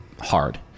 hard